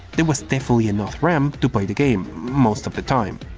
there was definitely enough ram to play the game. most of the time.